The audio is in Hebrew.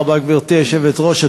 תודה רבה, גברתי היושבת-ראש.